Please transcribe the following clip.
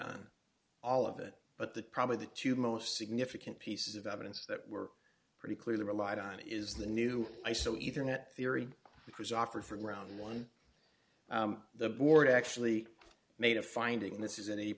on all of it but that probably the two most significant pieces of evidence that were pretty clearly relied on is the new i so either net theory was offered from around one the board actually made a finding this is an